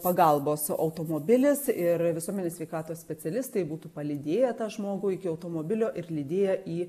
pagalbos automobilis ir visuomenės sveikatos specialistai būtų palydėję tą žmogų iki automobilio ir lydėję į